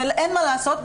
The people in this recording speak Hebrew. ואין מה לעשות,